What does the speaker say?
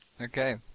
Okay